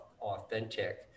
authentic